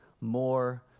more